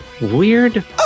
weird